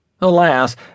Alas